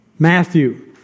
Matthew